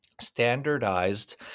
standardized